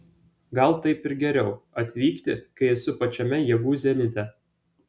gal taip ir geriau atvykti kai esu pačiame jėgų zenite